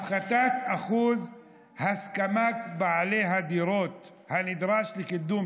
הפחתת אחוז הסכמת בעלי הדירות הנדרש לקידום